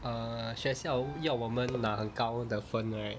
err 学校要我们拿很高的分 right